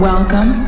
Welcome